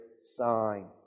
sign